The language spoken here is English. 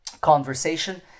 conversation